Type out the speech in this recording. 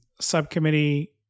subcommittee